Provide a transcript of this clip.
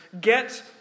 get